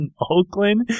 Oakland